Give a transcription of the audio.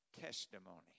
testimony